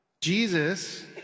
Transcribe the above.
Jesus